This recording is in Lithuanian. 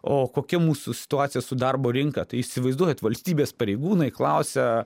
o kokia mūsų situacija su darbo rinka tai įsivaizduojat valstybės pareigūnai klausia